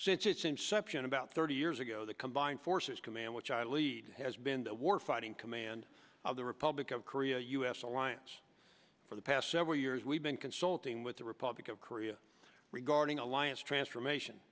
since its inception about thirty years ago the combined forces command which i lead has been the war fighting command of the republic of korea u s alliance for the past several years we've been consulting with the republic of korea regarding alliance transformation